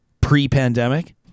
pre-pandemic